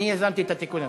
אני יזמתי את התיקון הזה.